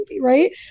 right